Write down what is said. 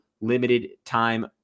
limited-time